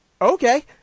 Okay